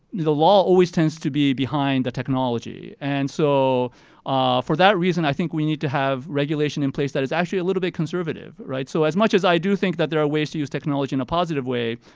the the law always tends to be behind the technology. and so for that reason i think we need to have regulation in place that is actually a little bit conservative, right? so as much as i do think that there are ways to use technology in a positive way,